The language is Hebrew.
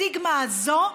הסטיגמה הזאת,